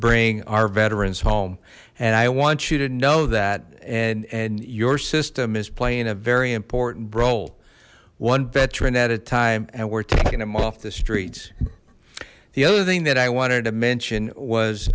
bring our veterans home and i want you to know that and and your system is playing a very important role one veteran at a time and we're taking him off the streets the other thing that i wanted to mention